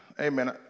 Amen